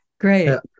Great